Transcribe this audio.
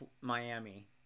Miami